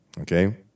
okay